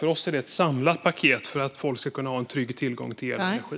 För oss är detta ett samlat paket för att folk ska kunna ha trygg tillgång till el och energi.